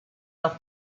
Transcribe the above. auf